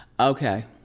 okay.